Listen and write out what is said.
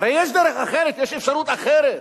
הרי יש דרך אחרת, יש אפשרות אחרת,